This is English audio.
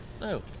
No